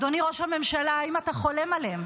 אדוני, ראש הממשלה, האם אתה חולם עליהם?